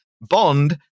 Bond